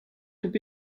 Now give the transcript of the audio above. could